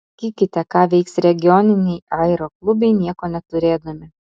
sakykite ką veiks regioniniai aeroklubai nieko neturėdami